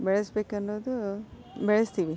ಬೆಳೆಸಬೇಕನ್ನೋದು ಬೆಳೆಸ್ತೀವಿ